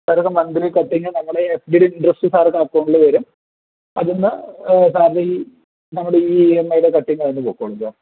സാറെ ഇത് monthly cutting നമ്മളെ ഈ എഫ് ഡിയുടെ ഇൻ്ററെസ്റ്റ് സാറിൻ്റെ അക്കൗണ്ടിൽ വരും അതിൽ നിന്ന് സാറിൻ്റെ ഈ നമ്മുടെ ഈ ഇ എം ഐയുടെ കട്ടിങ്ങ് അതിൽ നിന്നു പൊയ്ക്കോളും